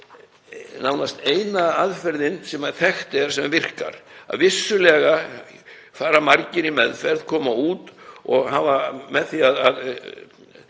nánast eina aðferðin sem þekkt er sem virkar. Vissulega fara margir í meðferð, koma út og notfæra sér það